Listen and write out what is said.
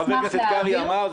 חבר הכנסת קרעי אמר,